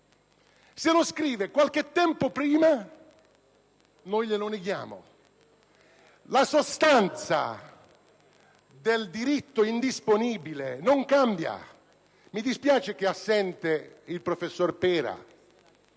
se lo scrive qualche tempo prima, glielo neghiamo? La sostanza del diritto è indisponibile, non cambia: mi dispiace che sia assente il professor Pera,